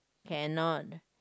cannot